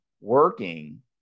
working